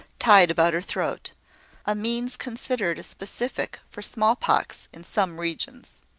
tied about her throat a means considered a specific for small-pox in some regions.